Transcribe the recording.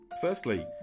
Firstly